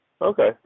Okay